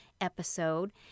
episode